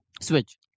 Switch